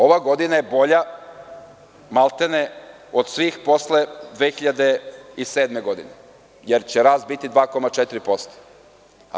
Ova godina je bolja maltene od svih posle 2007. godine, jer će rast biti 2,4%